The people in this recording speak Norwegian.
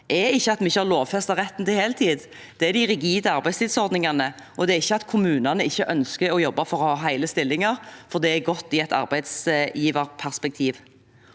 har lovfestet retten til heltid. Det er de rigide arbeidstidsordningene. Det er heller ikke at kommunene ikke ønsker å jobbe for å ha hele stillinger, for det er godt i et arbeidsgiverperspektiv.